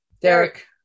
Derek